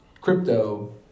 crypto